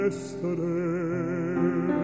Yesterday